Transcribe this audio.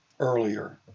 earlier